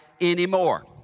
anymore